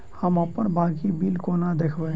हम अप्पन बाकी बिल कोना देखबै?